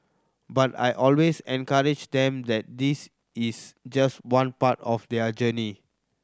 but I always encourage them that this is just one part of their journey